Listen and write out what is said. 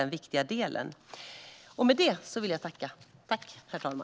Ny kompetensagenda för Europa